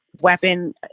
weapon